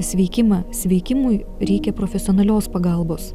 sveikimą sveikimui reikia profesionalios pagalbos